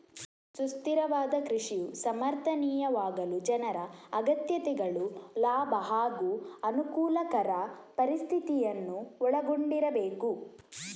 ಸುಸ್ಥಿರವಾದ ಕೃಷಿಯು ಸಮರ್ಥನೀಯವಾಗಲು ಜನರ ಅಗತ್ಯತೆಗಳು ಲಾಭ ಹಾಗೂ ಅನುಕೂಲಕರ ಪರಿಸ್ಥಿತಿಯನ್ನು ಒಳಗೊಂಡಿರಬೇಕು